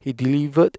he delivered